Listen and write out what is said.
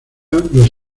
los